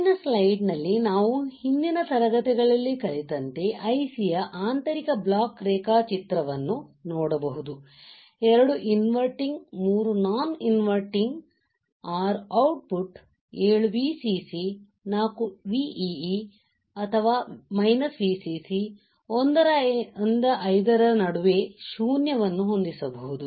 ಮುಂದಿನ ಸ್ಲೈಡ್ ನಲ್ಲಿ ನಾವು ನಮ್ಮ ಹಿಂದಿನ ತರಗತಿಗಳಲ್ಲಿ ಕಲಿತಂತೆ IC ಯ ಆಂತರಿಕ ಬ್ಲಾಕ್ ರೇಖಾಚಿತ್ರವನ್ನು ನೋಡಬಹುದು 2 inverting 3 non inverting 6 output 7 V C C 4 Vee ಅಥವಾ Vcc 1 ರಿಂದ 5 ರ ನಡುವೆ ಶೂನ್ಯವನ್ನು ಹೊಂದಿಸಬಹುದು